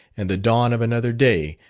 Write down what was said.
and the dawn of another day,